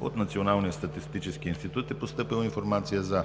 От Националния статистически институт е постъпила Информация за